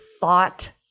thought